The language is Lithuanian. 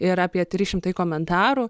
ir apie trys šimtai komentarų